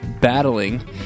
battling